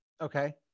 okay